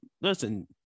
Listen